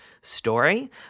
story